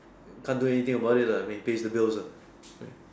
can't do anything about it lah I mean pays to bills lah right